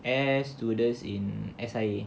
air stewardess in S_I_A